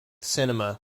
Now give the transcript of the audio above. cinema